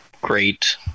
great